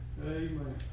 amen